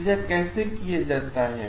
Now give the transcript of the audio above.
तो यह कैसे किया जाता है